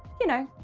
you know,